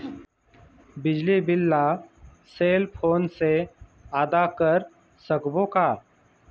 बिजली बिल ला cell phone से आदा कर सकबो का?